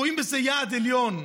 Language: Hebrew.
רואים בזה יעד עליון.